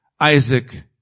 isaac